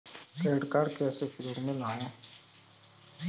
Credit card कैसे उपयोग में लाएँ?